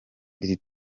iri